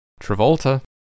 Travolta